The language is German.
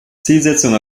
zielsetzung